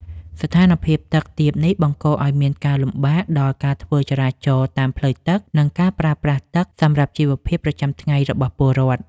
ស្ថានភាពទឹកទាបនេះបង្កឱ្យមានការលំបាកដល់ការធ្វើចរាចរណ៍តាមផ្លូវទឹក និង ការប្រើប្រាស់ទឹកសម្រាប់ជីវភាពប្រចាំថ្ងៃរបស់ពលរដ្ឋ។